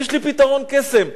יש לי פתרון קסם.